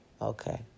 Okay